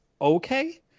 okay